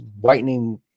whitening